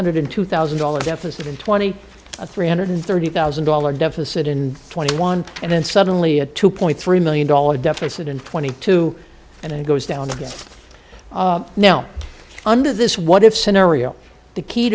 hundred in two thousand dollar deficit in twenty three hundred thirty thousand dollars deficit in twenty one and then suddenly a two point three million dollars deficit in twenty two and it goes down now under this what if scenario the key